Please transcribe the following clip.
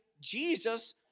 Jesus